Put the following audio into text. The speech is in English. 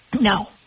No